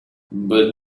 but